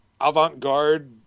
avant-garde